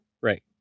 Right